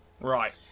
Right